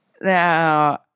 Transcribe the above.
Now